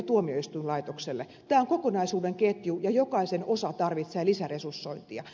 tämä on kokonaisuuden ketju ja jokainen osa tarvitsee lisäresursointia